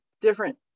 different